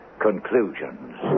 conclusions